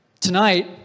Tonight